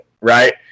right